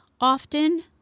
often